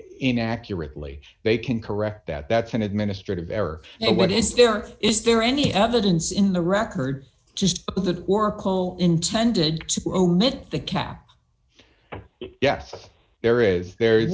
inaccurately they can correct that that's an administrative error and what is there is there any evidence in the record of the oracle intended the cap yes there is